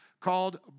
called